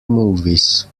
movies